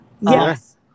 Yes